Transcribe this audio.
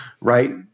right